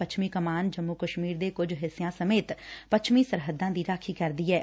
ਪੱਛਮੀ ਕਮਾਨ ਜੰਮੁ ਕਸ਼ਮੀਰ ਦੇ ਕੁਝ ਹਿੱਸਿਆ ਸਮੇਤ ਪੱਛਮੀ ਸਰਹੱਦਾਂ ਦੀ ਰਾਖੀ ਕਰਦੀ ਐਂ